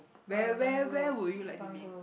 where where where would you like to live